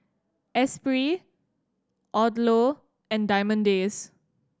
Esprit Odlo and Diamond Days